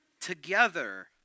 together